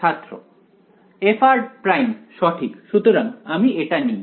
ছাত্র fr′ সঠিক সুতরাং আমি এটি নিই